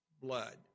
blood